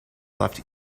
left